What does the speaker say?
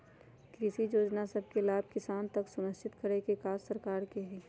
कृषि जोजना सभके लाभ किसान तक सुनिश्चित करेके काज सरकार के हइ